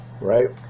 Right